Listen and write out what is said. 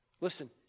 Listen